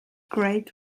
great